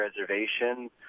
reservation